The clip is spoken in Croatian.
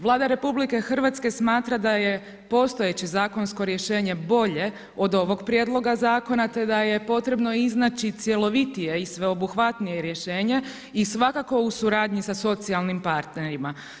Vlada RH smatra da je postojeće zakonsko rješenje bolje od ovog prijedloga zakona, te da je potrebno iznaći cjelovitije i sveobuhvatnije rješenje i svakako u suradnji sa socijalnim partnerima.